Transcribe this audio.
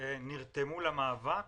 נרתמו למאבק